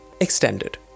extended